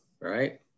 right